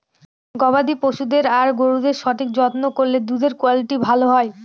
গবাদি পশুদের আর গরুদের সঠিক যত্ন করলে দুধের কুয়ালিটি ভালো হয়